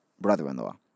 brother-in-law